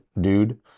dude